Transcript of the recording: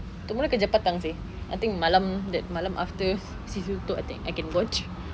tomorrow kerja petang seh I think malam that malam after since tutup I think I can watch